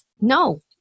no